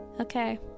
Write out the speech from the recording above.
okay